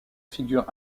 figure